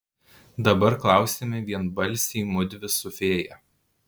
dabar klausiame vienbalsiai mudvi su fėja